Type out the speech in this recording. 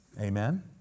Amen